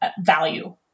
value